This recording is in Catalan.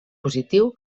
positiu